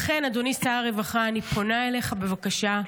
לכן, אדוני שר הרווחה, אני פונה אליך בבקשה: